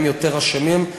הם יותר אשמים.